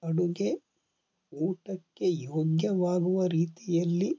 ಅಡುಗೆ ಊಟಕ್ಕೆ ಯೋಗ್ಯವಾಗುವ ರೀತಿಯಲ್ಲಿ